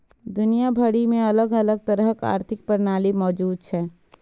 दुनिया भरि मे अलग अलग तरहक आर्थिक प्रणाली मौजूद छै